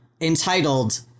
entitled